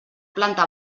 planta